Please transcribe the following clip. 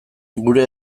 gure